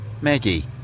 Maggie